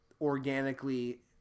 organically